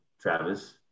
travis